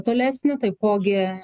tolesnį taipogi